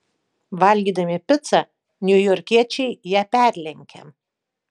valgydami picą niujorkiečiai ją perlenkia